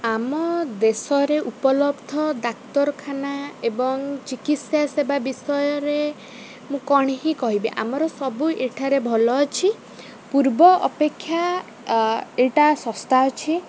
ଆମ ଦେଶରେ ଉପଲବ୍ଧ ଡାକ୍ତରଖାନା ଏବଂ ଚିକିତ୍ସା ସେବା ବିଷୟରେ ମୁଁ କ'ଣ ହିଁ କହିବି ଆମର ସବୁ ଏଠାରେ ଭଲ ଅଛି ପୂର୍ବ ଅପେକ୍ଷା ଏଇଟା ଶସ୍ତା ଅଛି